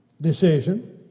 decision